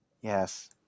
Yes